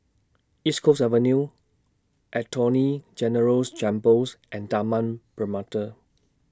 East Coast Avenue Attorney General's Chambers and Taman Permata